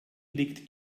liegt